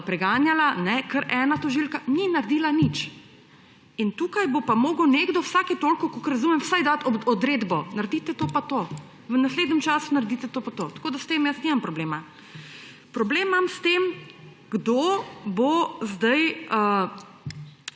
preganjala, ne kar ena tožilka, ni naredila nič. Tukaj bo pa moral nekdo vsake toliko, kolikor razumem, vsaj dati odredbo, naredite to pa to, v naslednjem času naredite to pa to. Tako da s tem jaz nimam problema. Problem imam s tem, kdo bo zdaj